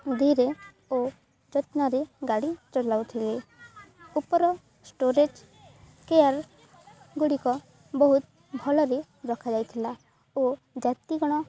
ଧିରେ ଓ ଯତ୍ନରେ ଗାଡ଼ି ଚଲାଉଥିଲେ ଉପର ଷ୍ଟୋରେଜ୍ କେୟାର ଗୁଡ଼ିକ ବହୁତ ଭଲରେ ରଖାଯାଇଥିଲା ଓ ଯାତ୍ରୀଗଣ